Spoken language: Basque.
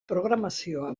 programazioa